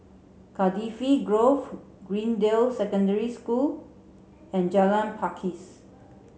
Cardifi Grove Greendale Secondary School and Jalan Pakis